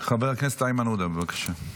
חבר הכנסת איימן עודה, בבקשה.